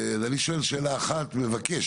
נכון מבקש